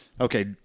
Okay